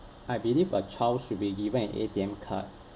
I believe a child should be given an A_T_M card